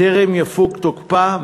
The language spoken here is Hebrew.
בטרם יפוג תוקפה,